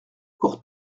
cours